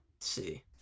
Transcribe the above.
see